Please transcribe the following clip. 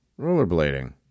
rollerblading